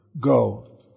Go